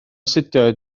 astudio